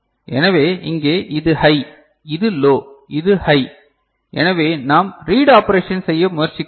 எனவே இங்கே இது ஹை இது லோ இது ஹை எனவே நாம் ரீட் ஆபேரஷன் செய்ய முயற்சிக்கிறோம்